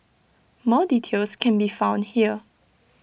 more details can be found here